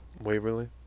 Waverly